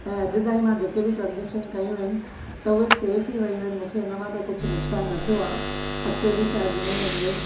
ऐं अॼु तांई मां जेके बि ट्रांजेक्शन कयूं आहिनि त उहे सेफ ई वयूं आहिनि मूंखे हुन मां त कुझु नुक़सानु न थियो आहे अॻिते बि शायदि इअं ई हूंदो